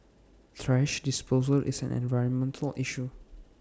thrash disposal is an environmental issue